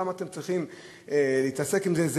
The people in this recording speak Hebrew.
למה אתם צריכים להתעסק עם זה,